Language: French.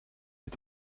est